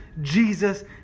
Jesus